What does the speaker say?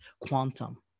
quantum